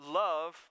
love